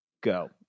go